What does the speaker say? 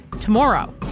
tomorrow